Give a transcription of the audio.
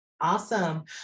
Awesome